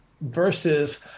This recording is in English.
versus